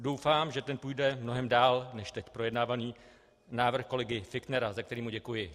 Doufám, že ten půjde mnohem dál než teď projednávaný návrh kolegy Fichtnera, za který mu děkuji.